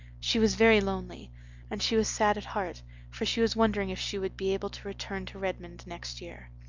she was very lonely and she was sad at heart for she was wondering if she would be able to return to redmond next year.